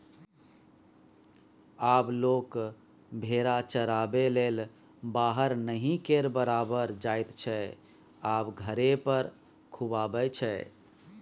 आब लोक भेरा चराबैलेल बाहर नहि केर बराबर जाइत छै आब घरे पर खुआबै छै